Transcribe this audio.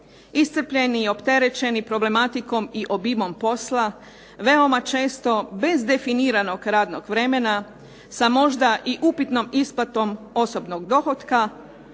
Iscrpljeni i opterećeni problematikom i obimom posla veoma često bez definiranog radnog vremena sa možda i upitnom isplatom osobnog dohotka,